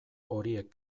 horiek